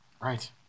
Right